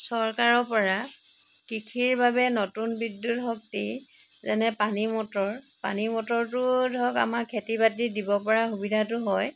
চৰকাৰৰ পৰা কৃষিৰ বাবে নতুন বিদ্যুৎ শক্তি যেনে পানীৰ মটৰ পানীৰ মটৰটো ধৰক আমাৰ খেতি বাতিত দিব পৰা সুবিধাটো হয়